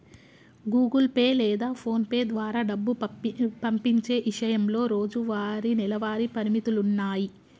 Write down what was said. Google Pay లేదా PhonePe ద్వారా డబ్బు పంపించే ఇషయంలో రోజువారీ, నెలవారీ పరిమితులున్నాయి